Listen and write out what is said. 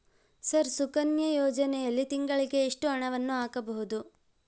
Sir Sukanya ಯೋಜನೆಯಲ್ಲಿ ತಿಂಗಳಿಗೆ ಎಷ್ಟು ಹಣವನ್ನು ಹಾಕಬಹುದು?